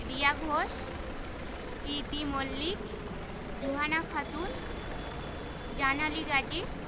Riya Ghosh Preeti Mallick Juhana Khatun Janali Gazi